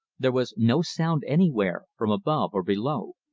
there was no sound anywhere, from above or below.